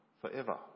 forever